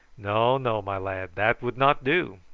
no, no, my lad, that would not do.